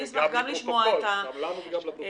גם לנו וגם לפרוטוקול.